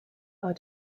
are